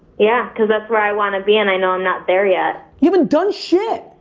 yeah cause that's where i wanna be, and i know i'm not there yet. you haven't done shit